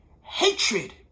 hatred